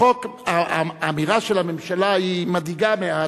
האמירה של הממשלה מדאיגה מעט,